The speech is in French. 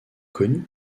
connu